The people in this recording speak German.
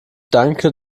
danke